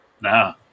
No